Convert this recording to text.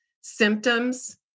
symptoms